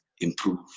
improve